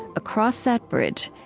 across that bridge,